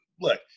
look